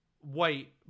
white